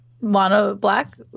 Mono-black